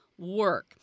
work